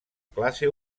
classe